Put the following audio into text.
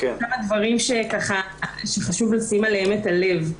אלה דברים שחשוב לשים אליהם לב.